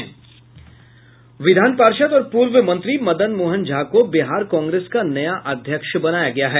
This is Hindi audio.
विधान पार्षद और पूर्व मंत्री मदन मोहन झा को बिहार कांग्रेस का नया अध्यक्ष बनाया गया है